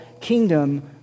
kingdom